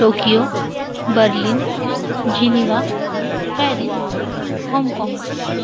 Tokyo Berlin Geneva Paris हाँगकाँग